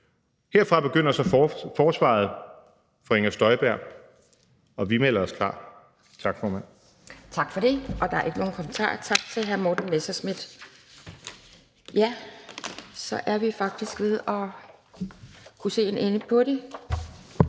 Herfra begynder så forsvaret for Inger Støjberg, og vi melder os klar.